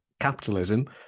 capitalism